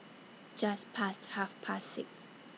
Just Past Half Past six